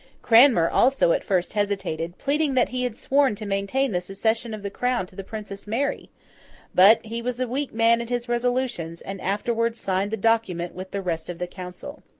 cranmer, also, at first hesitated pleading that he had sworn to maintain the succession of the crown to the princess mary but, he was a weak man in his resolutions, and afterwards signed the document with the rest of the council.